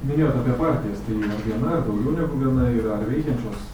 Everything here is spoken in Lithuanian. minėjot apie partijas tai ar viena ar daugiau negu viena yra ar veikiančios